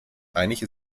einige